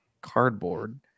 cardboard